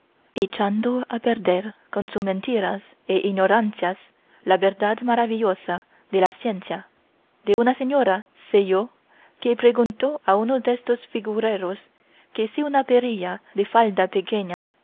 echando a perder con sus mentiras e ignorancias la verdad maravillosa de la ciencia de una señora sé yo que preguntó a uno destos figureros que si una perrilla de falda pequeña